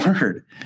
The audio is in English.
word